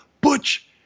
Butch